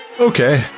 Okay